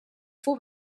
fou